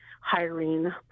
hiring